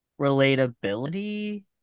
relatability